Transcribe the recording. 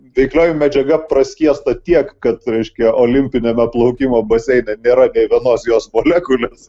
veiklioji medžiaga praskiesta tiek kad reiškia olimpiniame plaukimo baseine nėra nei vienos jos molekulės